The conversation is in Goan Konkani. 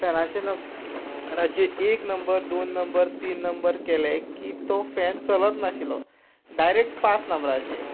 फॅनाचे नम राची एक नंबर दोन नंबर तीन नंबर केले की तो फॅन चलत नाशिल्लो डायरेक पांच नंबराचेर